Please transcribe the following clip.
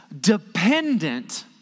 dependent